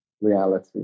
reality